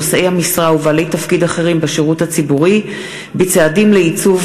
נושאי המשרה ובעלי תפקיד אחרים בשירות הציבורי בצעדים לייצוב